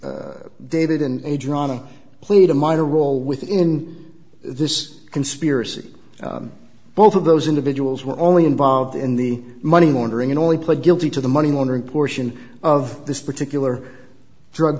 adriana played a minor role within this conspiracy both of those individuals were only involved in the money laundering and only pled guilty to the money laundering portion of this particular drug